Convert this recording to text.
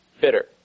bitter